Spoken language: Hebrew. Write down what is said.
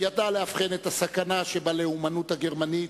ידע לאבחן את הסכנה שבלאומנות הגרמנית,